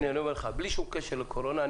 בלי קשר לקורונה,